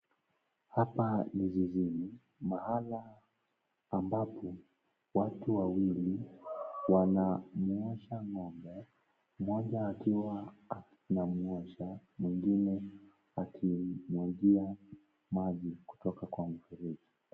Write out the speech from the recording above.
Hapa ni zizini mahala ambapo watu wawili wanamuosha ngombe, mmoja akiwa anamwosha, mwingine akimwagia maji kutoka Kwa mfereji.